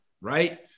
right